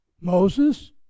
Moses